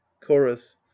chorus